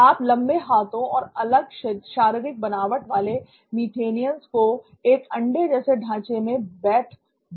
आप लंबे हाथों और अलग शारीरिक बनावट वाले मीथेनियंस को एक अंडे जैसे ढांचे में बैठे देख सकते हैं